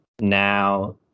now